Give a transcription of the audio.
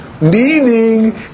Meaning